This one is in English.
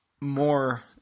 more –